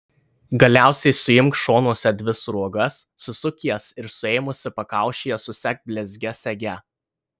galiausiai suimk šonuose dvi sruogas susuk jas ir suėmusi pakaušyje susek blizgia sege